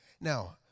Now